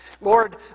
Lord